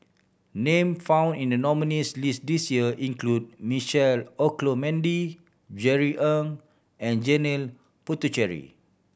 name found in the nominees' list this year include Michael Olcomendy Jerry Ng and Janil Puthucheary